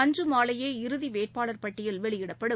அன்றுமாலையே இறுதிவேட்பாளர் பட்டியல் வெளியிடப்படும்